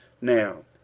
Now